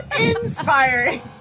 inspiring